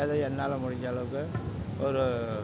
ஏதோ என்னால் முடிஞ்சளவுக்கு ஒரு